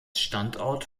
standort